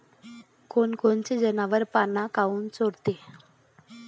कोनकोनचे जनावरं पाना काऊन चोरते?